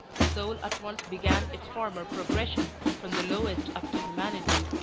the soul at once began its former progression from the lowest up to humanity,